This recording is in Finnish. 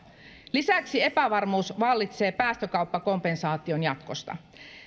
lisäksi epävarmuus vallitsee päästökauppakompensaation jatkosta